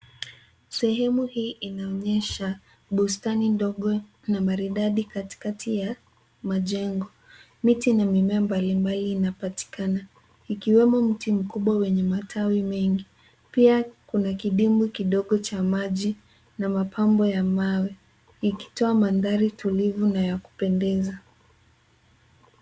Sehemu hii inaonyesha bustani ndogo na maridadi katikati ya majengo. Miti na mimea mbalimbali inapatikana ikiwemo mti mkubwa wenye matawi mengi. Pia kuna kidimbwi kidogo cha maji na mapambo ya mawe ikitoa mandhari tulivu na ya kupendeza.